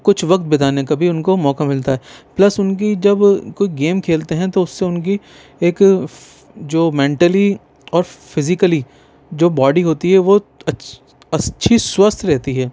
کچھ وقت بتانے کا بھی ان کو موقع ملتا ہے پلس ان کی جب کوئی گیم کھیلتے ہیں تو اس سے ان کی ایک جو مینٹلی اور فیزیکلی جو باڈی ہوتی ہے وہ اچھی سوستھ رہتی ہے